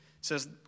says